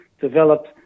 developed